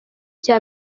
cya